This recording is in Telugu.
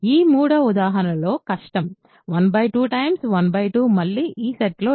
ఈ మూడవ ఉదాహరణలో కష్టం 1 21 2 మళ్లీ ఈ సెట్లో లేదు